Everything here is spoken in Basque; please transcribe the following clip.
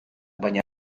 baina